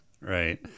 right